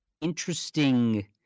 interesting